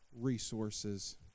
resources